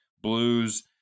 blues